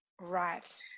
Right